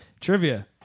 Trivia